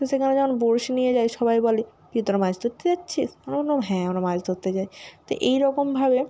তো সেখানে যখন বড়শি নিয়ে যাই সবাই বলে কি তোরা মাছ ধরতে যাচ্ছিস আমরা বললাম হ্যাঁ আমরা মাছ ধরতে যাই তো এই রকমভাবে